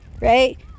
right